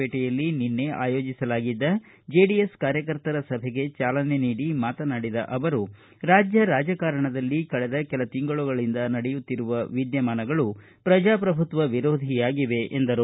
ಪೇಟೆಯಲ್ಲಿ ನಿನ್ನೆ ಆಯೋಜಿಸಲಾಗಿದ್ದ ಜೆಡಿಎಸ್ ಕಾರ್ಯಕರ್ತರ ಸಭೆಗೆ ಚಾಲನೆ ನೀಡಿ ಮಾತನಾಡಿದ ಅವರು ರಾಜ್ಯ ರಾಜಕಾರಣದಲ್ಲಿ ಕಳೆದ ಕೆಲ ತಿಂಗಳುಗಳಿಂದ ನಡೆಯುತ್ತಿರುವ ವಿದ್ಯಮಾನಗಳು ಪ್ರಜಾಪ್ರಭುತ್ವ ವಿರೋಧಿಯಾಗಿವೆ ಎಂದರು